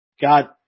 God